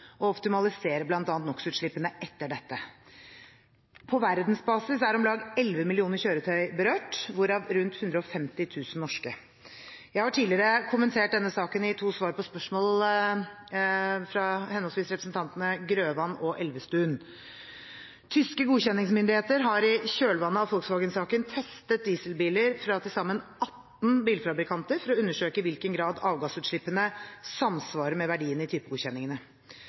og optimalisere bl.a. NOx-utslippene etter dette. På verdensbasis er om lag 11 millioner kjøretøyer berørt, hvorav rundt 150 000 norske. Jeg har tidligere kommentert denne saken i to svar på spørsmål fra henholdsvis representanten Grøvan og representanten Elvestuen. Tyske godkjenningsmyndigheter har i kjølvannet av Volkswagen-saken testet dieselbiler fra til sammen 18 bilfabrikanter for å undersøke i hvilken grad avgassutslippene samsvarer med verdiene i typegodkjenningene.